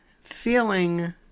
feeling